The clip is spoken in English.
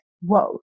whoa